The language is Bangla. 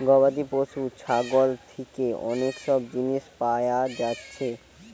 গবাদি পশু ছাগল থিকে অনেক সব জিনিস পায়া যাচ্ছে